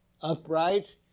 Upright